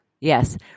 Yes